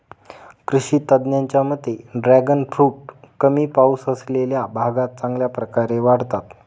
कृषी तज्ज्ञांच्या मते ड्रॅगन फ्रूट कमी पाऊस असलेल्या भागात चांगल्या प्रकारे वाढतात